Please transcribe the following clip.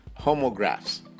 homographs